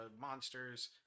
monsters